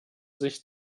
sich